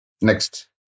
Next